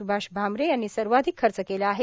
स्भाष भामरे यांनी सर्वाधिक खर्च केला आहे